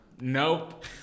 Nope